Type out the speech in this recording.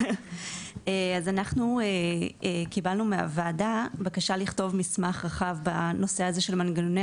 אז אנחנו קיבלנו מהוועדה בקשה לכתוב מסמך רחב בנושא הזה של מנגנוני